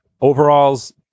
overalls